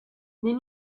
les